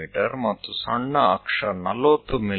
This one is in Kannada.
ಮೀ ಮತ್ತು ಸಣ್ಣ ಅಕ್ಷ 40 ಮಿ